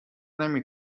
نمی